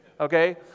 okay